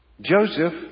Joseph